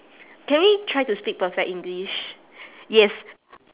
can we try to speak perfect english yes